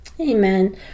Amen